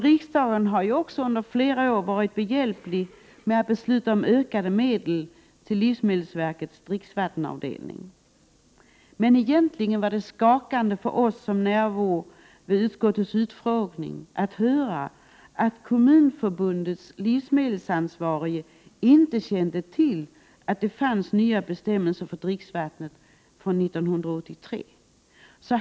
Riksdagen har ju under flera år i rad varit behjälplig med att besluta om ökade medel till livsmedelsverkets dricksvattenavdelning. Men det var egentligen skakande att vid utskottets utfrågning höra att Kommunförbundets livsmedelsansvarige inte kände till att det fanns nya bestämmelser för dricksvatten från år 1983.